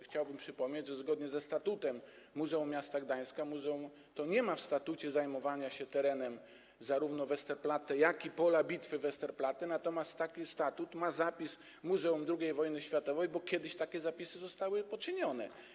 Chciałbym przypomnieć, że - zgodnie ze statutem muzeum miasta Gdańska - muzeum to nie ma ujętego w statucie zajmowania się terenem zarówno Westerplatte, jak i pola bitwy Westerplatte, natomiast taki zapis ma statut Muzeum II Wojny Światowej, bo kiedyś takie zapisy zostały poczynione.